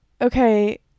okay